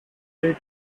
late